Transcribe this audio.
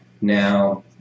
Now